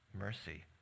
mercy